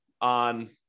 on